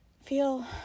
feel